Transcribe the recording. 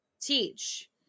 teach